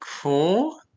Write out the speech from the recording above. Cool